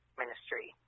ministry